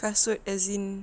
kasut as in